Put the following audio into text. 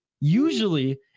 usually